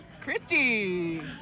Christy